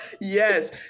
Yes